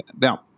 Now